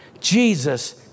Jesus